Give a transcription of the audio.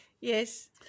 yes